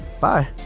bye